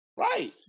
Right